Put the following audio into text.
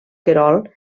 querol